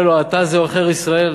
הוא אומר לו: האתה זה עוכר ישראל?